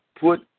put